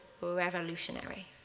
revolutionary